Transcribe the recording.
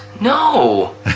No